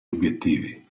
obiettivi